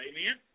Amen